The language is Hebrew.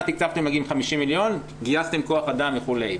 תקצבתם נגיד 50 מיליון, גייסתם כח אדם וכולי.